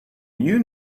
you